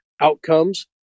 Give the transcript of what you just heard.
outcomes